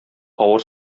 авыр